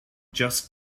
just